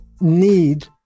need